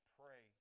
pray